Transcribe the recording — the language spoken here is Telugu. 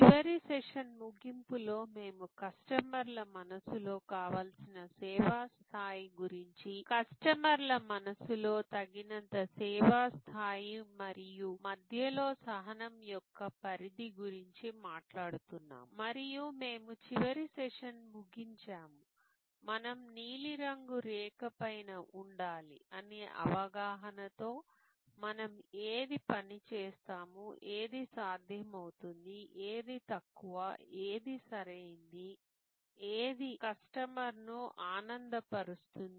చివరి సెషన్ ముగింపులో మేము కస్టమర్ల మనస్సులో కావలసిన సేవా స్థాయి గురించి కస్టమర్ల మనస్సులో తగినంత సేవా స్థాయి మరియు మధ్యలో సహనం యొక్క పరిధి గురించి మాట్లాడుతున్నాము మరియు మేము చివరి సెషన్ను ముగించాము మనం నీలిరంగు రేఖ పైన ఉండాలి అనే అవగాహనతో మనం ఏది పని చేస్తాము ఏది సాధ్యమవుతుంది ఏది తక్కువ ఏది సరైంది ఏది స్టమర్ను ఆనందపరుస్తుంది